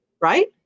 right